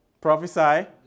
Prophesy